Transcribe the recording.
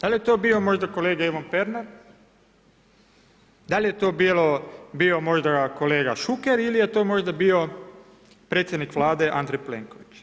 Da li je to bio možda kolega Ivan Pernar, da li je to bio kolega Ivan Šuker, ili je to možda bio predsjednik Vlade Andrej Plenković.